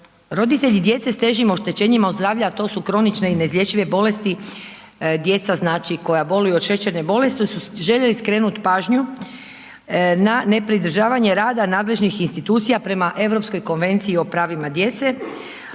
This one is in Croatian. roditelji djece s težim oštećenjima zdravlja, a to su kronične i neizlječive bolesti, djeca koja boluju od šećerne bolesti, su željeli skrenuti pažnju na nepridržavanje rada nadležnih institucija prema Europskoj konvenciji o pravima djece